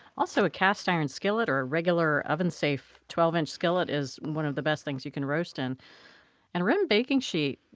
also, a cast iron skillet or a regular oven-safe twelve inch skillet is one of the best things you can roast. and and a rimmed baking sheet.